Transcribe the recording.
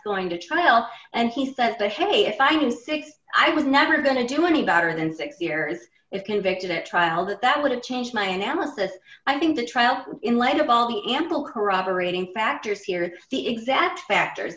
going to trial and he said to him if i did six i was never going to do any better than six years if convicted at trial that that would have changed my analysis i think the trial in light of all the ample corroborating factors here it's the exact factors